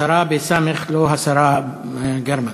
הסרה, בסמ"ך, לא השרה גרמן.